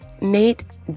Nate